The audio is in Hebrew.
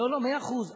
מאה אחוז,